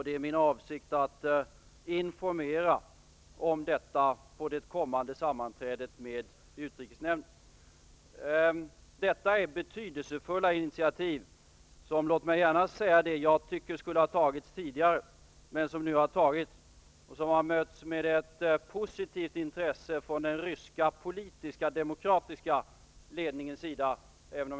Det är min avsikt att informera om detta vid det kommande sammanträdet med utrikesnämnden. Detta är betydelsefulla initiativ som, låt mig gärna säga det, skulle ha tagits tidigare men som nu har tagits. De har mötts med ett positivt intresse från den ryska politiska demokratiska ledningens sida.